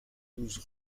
douze